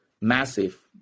massive